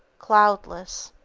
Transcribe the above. cloudless.